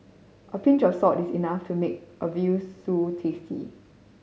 a pinch of salt is enough to make a veal stew tasty